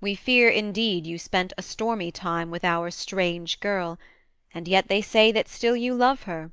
we fear, indeed, you spent a stormy time with our strange girl and yet they say that still you love her.